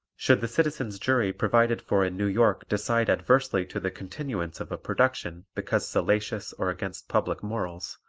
should the citizens' jury provided for in new york decide adversely to the continuance of a production because salacious or against public morals,